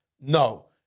no